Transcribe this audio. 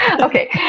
Okay